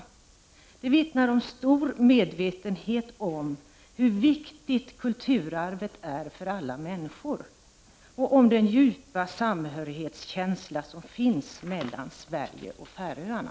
Det här vittnar om stor medvetenhet om hur viktigt detta med kulturarvet är för alla människor och om den djupa samhörighet som finns mellan Sverige och Färöarna.